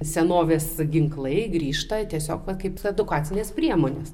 senovės ginklai grįžta tiesiog kaip edukacinės priemonės